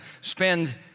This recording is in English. spend